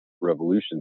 revolution